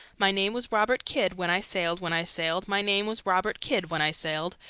my name was robert kidd, when i sailed, when i sailed, my name was robert kidd, when i sailed,